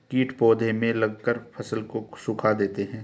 कीट पौधे में लगकर फसल को सुखा देते हैं